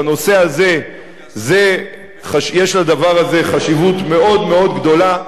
בנושא הזה יש לדבר הזה חשיבות מאוד גדולה,